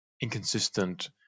inconsistent